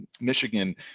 Michigan